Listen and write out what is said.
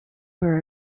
her